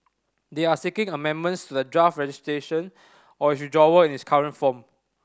they are seeking amendments to the draft legislation or withdrawal in its current form